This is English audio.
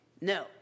No